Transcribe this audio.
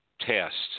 tests